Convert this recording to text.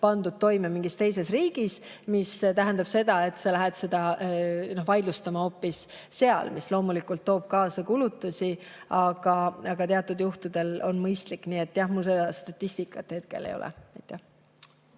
pandud toime mingis teises riigis, mis tähendab seda, et sa lähed seda vaidlustama hoopis seal. See loomulikult toob kaasa kulutusi, aga teatud juhtudel on see mõistlik. Nii et jah, mul seda statistikat hetkel ei ole.